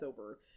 over